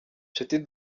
nshuti